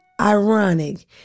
ironic